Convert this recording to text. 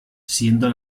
siendo